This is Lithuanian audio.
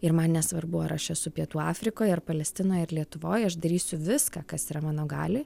ir man nesvarbu ar aš esu pietų afrikoj ar palestinoj ar lietuvoj aš darysiu viską kas yra mano galioj